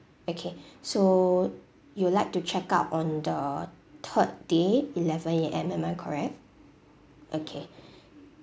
okay so you would like to check out on the third day eleven A_M am I correct okay